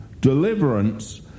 deliverance